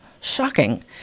Shocking